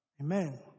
Amen